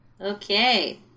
Okay